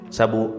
Sabu